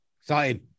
Exciting